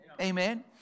Amen